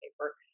paper